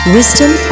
Wisdom